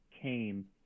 came